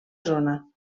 zona